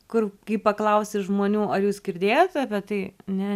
kur kai paklausi žmonių ar jūs girdėjot apie tai ne